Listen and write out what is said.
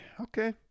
Okay